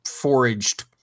foraged